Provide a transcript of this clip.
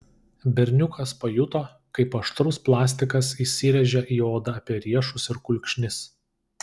berniukas pajuto kaip aštrus plastikas įsirėžia į odą apie riešus ir kulkšnis